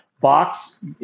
box